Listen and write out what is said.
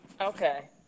Okay